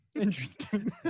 Interesting